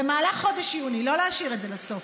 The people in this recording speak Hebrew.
במהלך חודש יוני, לא להשאיר את זה לסוף.